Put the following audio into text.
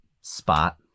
spot